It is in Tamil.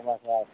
ஆமாம் சார்